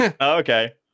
okay